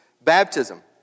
Baptism